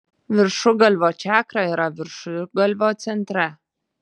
viršugalvio čakra yra viršugalvio centre